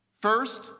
First